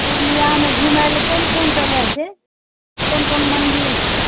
पूर्णियामे घुमए लेल कोन कोन जगह छै कोन कोन मन्दिर छै